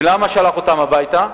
למה שלח הוא אותם הביתה?